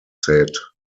said